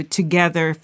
together